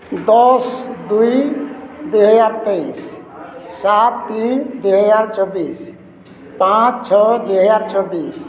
ଦଶ ଦୁଇ ଦୁଇ ହଜାର ତେଇଶ ସାତ ତିନି ଦୁଇ ହଜାର ଛବିଶ ପାଞ୍ଚ ଛଅ ଦୁଇ ହଜାର ଛବିଶ